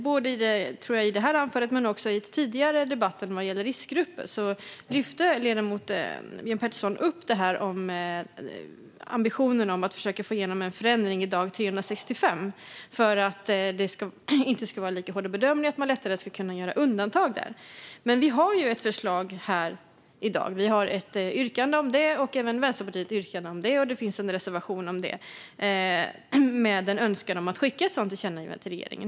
Både i detta anförande och i tidigare debatter om riskgrupper lyfte ledamot Björn Petersson upp ambitionen att försöka få igenom en förändring vid dag 365 för att det inte ska vara lika hårda bedömningar och att man lättare ska kunna göra undantag där. Vi har ett förslag här i dag om det. Vi har ett yrkande om det, och även Vänsterpartiet har ett yrkande om det, och det finns en reservation om det med en önskan om att skicka ett sådant tillkännagivande till regeringen.